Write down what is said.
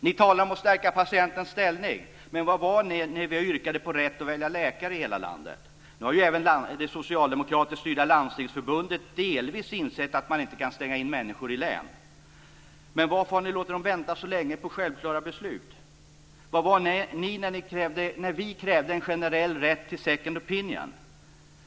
Ni talar om att stärka patientens ställning, men var var ni när vi yrkat på rätt att välja läkare i hela landet? Nu har även det socialdemokratiskt styrda Landstingsförbundet delvis insett att man inte kan stänga inne människor i län. Men varför har ni låtit dem vänta så länge på självklara beslut? Var var ni när vi krävde en generell rätt till second opinion?